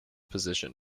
position